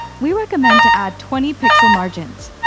we recommend to add twenty pixels margins.